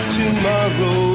tomorrow